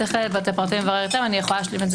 צריך לברר יותר ואני יכולה להשלים את זה.